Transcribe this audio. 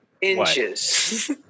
inches